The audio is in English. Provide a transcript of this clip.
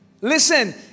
Listen